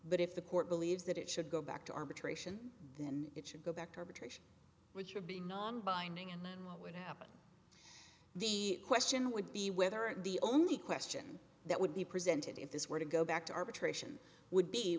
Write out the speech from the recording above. but if the court believes that it should go back to arbitration then it should go back to arbitration which would be non binding and then what would happen the question would be whether the only question that would be presented if this were to go back to arbitration would be